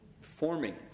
forming